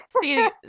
see